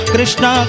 Krishna